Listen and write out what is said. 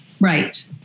Right